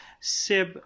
Seb